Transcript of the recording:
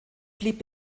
blieb